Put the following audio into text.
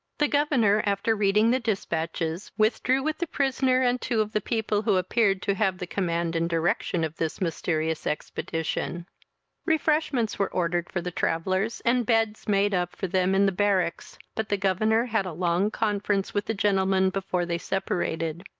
the governor, after reading the dispatches, withdrew with the prisoner and two of the people, who appeared to have the command and direction of this mysterious expedition refreshments were ordered for the travellers, and beds made up for them in the barracks but the governor had a long conference with the gentlemen before they separated.